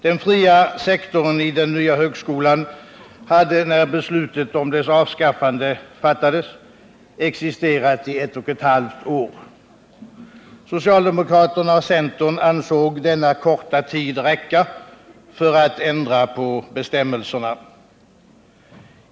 Den fria sektorn i den nya högskolan hade när beslutet om dess avskaffande fattades existerat i ett och ett halvt år. Socialdemokraterna och centern ansåg denna korta tid räcka för att ändra på bestämmelserna.